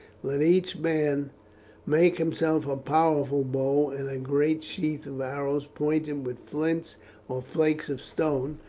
let each man make himself a powerful bow and a great sheath of arrows pointed with flints or flakes of stone,